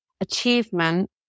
achievement